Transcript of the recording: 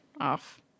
off